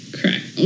Correct